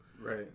right